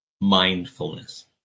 mindfulness